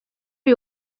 uyu